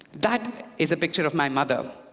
that is a picture of my mother,